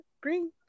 green